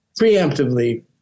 preemptively